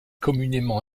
communément